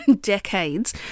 decades